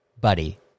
Buddy